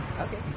Okay